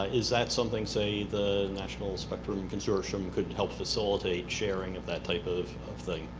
ah is that something, say, the national spectrum consortium could help facilitate sharing of that type of of thing?